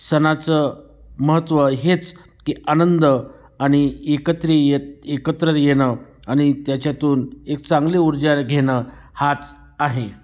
सणाचं महत्त्व हेच की आनंद आणि एकत्र येत एकत्र येणं आणि त्याच्यातून एक चांगली ऊर्जा घेणं हाच आहे